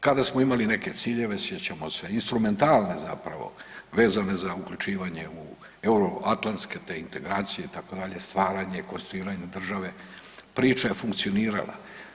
Kada smo imali neke ciljeve, sjećamo se, instrumentalne zapravo vezano za uključivanje u euroatlantske te integracije itd., stvaranje, konstituiranje države, priča je funkcionirala.